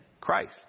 Christ